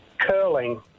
curling